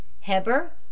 Heber